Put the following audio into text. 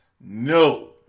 No